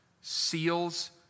seals